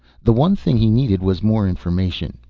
the one thing he needed was more information.